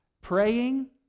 Praying